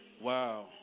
wow